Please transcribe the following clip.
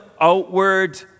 outward